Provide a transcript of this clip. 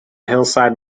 hillside